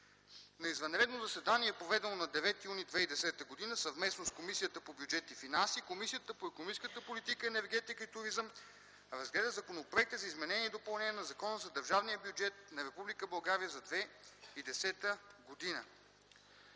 „На извънредно заседание, проведено на 9 юни 2010 г., съвместно с Комисията по бюджет и финанси, Комисията по икономическата политика, енергетика и туризъм разгледа Законопроекта за изменение и допълнение на Закона за държавния бюджет на Република